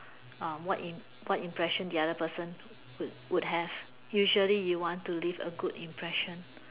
uh what in what impression the other person would would have usually you want to leave a good impression